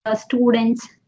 students